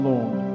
Lord